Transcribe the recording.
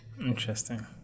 Interesting